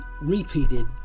repeated